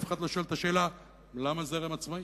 אף אחד לא שואל את השאלה למה זרם עצמאי.